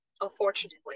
unfortunately